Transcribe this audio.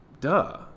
Duh